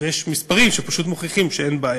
ויש מספרים שפשוט מוכיחים שאין בעיה.